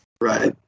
right